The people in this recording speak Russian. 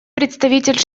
представитель